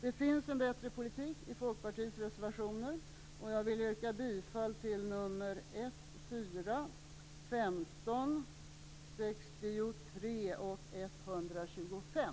Det finns en bättre politik som framgår av Folkpartiets reservationer, och jag vill yrka bifall till reservationerna 1, 4, 15, 63 och 125.